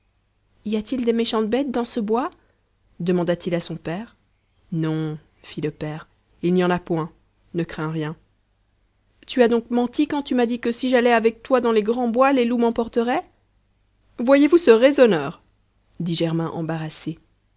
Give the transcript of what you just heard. y a-t-il des méchantes bêtes dans ce bois demanda-t-il à son père non fit le père il n'y en a point ne crains rien tu as donc menti quand tu m'as dit que si j'allais avec toi dans les grands bois les loups m'emporteraient voyez-vous ce raisonneur dit germain embarrassé